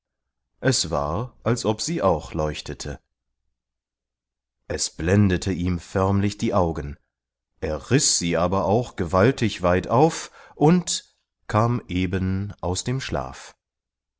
es war als ob sie auch leuchtete es blendete ihm förmlich die augen er riß sie aber auch gewaltig weit auf und kam eben aus dem schlaf